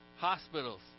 hospitals